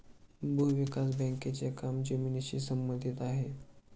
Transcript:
भूविकास बँकेचे काम जमिनीशी संबंधित आहे